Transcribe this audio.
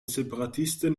separatisten